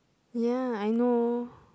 ya I know